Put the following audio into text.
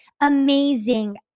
amazing